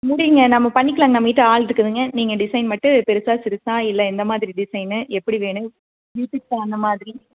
முடியுங்க நம்ம பண்ணிக்கலாங்க நம்மகிட்டே ஆளிருக்குதுங்க நீங்கள் டிசைன் மட்டும் பெருசா சிறுசா இல்லை எந்த மாதிரி டிசைனு எப்படி வேணும் வீட்டுக்கு தகுந்த மாதிரி